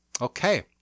Okay